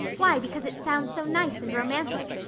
why, because it sounds so nice and romantic,